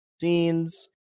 scenes